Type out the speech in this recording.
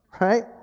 right